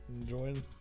enjoying